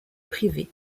privée